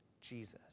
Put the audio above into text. Jesus